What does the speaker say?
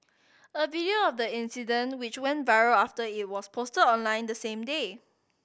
a video of the incident which went viral after it was posted online the same day